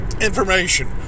information